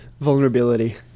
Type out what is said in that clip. vulnerability